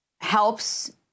helps